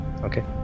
Okay